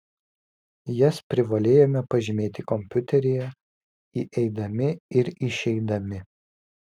jas privalėjome pažymėti kompiuteryje įeidami ir išeidami